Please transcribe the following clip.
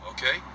Okay